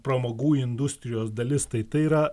pramogų industrijos dalis tai tai yra